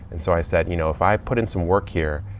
and so i said, you know, if i put in some work here,